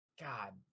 God